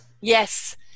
Yes